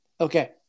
Okay